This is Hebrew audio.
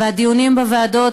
והדיונים בוועדות,